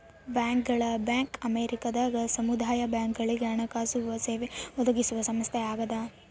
ಬ್ಯಾಂಕರ್ಗಳ ಬ್ಯಾಂಕ್ ಅಮೇರಿಕದಾಗ ಸಮುದಾಯ ಬ್ಯಾಂಕ್ಗಳುಗೆ ಹಣಕಾಸು ಸೇವೆ ಒದಗಿಸುವ ಸಂಸ್ಥೆಯಾಗದ